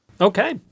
okay